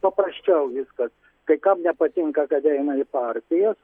paprasčiau viskas kai kam nepatinka kad eina į partijas